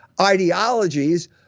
ideologies